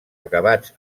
acabats